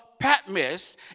Patmos